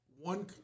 one